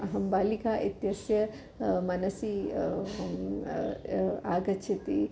अहं बालिका इत्यस्य मनसि आगच्छति